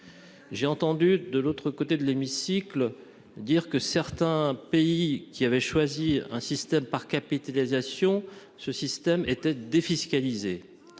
J'ai entendu de l'autre côté de l'hémicycle dire que dans certains pays qui avaient choisi le système par capitalisation il était défiscalisé.